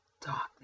darkness